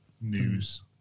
news